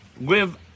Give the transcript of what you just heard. live